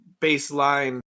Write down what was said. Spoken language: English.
baseline